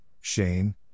Shane